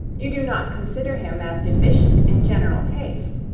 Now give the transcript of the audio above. you do not consider him as deficient in general taste.